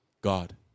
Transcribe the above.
God